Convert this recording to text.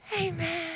Amen